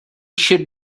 should